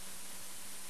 בנינו.